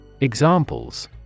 Examples